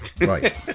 Right